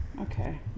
Okay